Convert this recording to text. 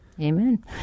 Amen